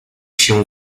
się